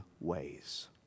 ways